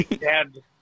dad